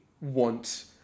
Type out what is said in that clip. want